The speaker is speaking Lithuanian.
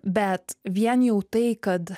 bet vien jau tai kad